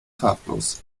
farblos